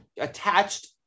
attached